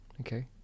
okay